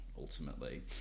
ultimately